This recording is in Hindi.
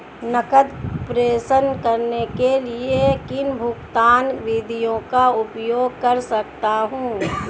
नकद प्रेषण करने के लिए मैं किन भुगतान विधियों का उपयोग कर सकता हूँ?